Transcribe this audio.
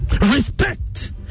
Respect